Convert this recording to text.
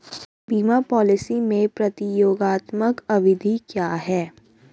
बीमा पॉलिसी में प्रतियोगात्मक अवधि क्या है?